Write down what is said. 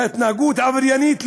בהתנהגות עבריינית,